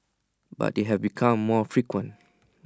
but they have become more frequent